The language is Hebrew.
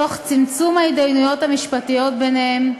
תוך צמצום ההתדיינויות המשפטיות ביניהם,